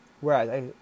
whereas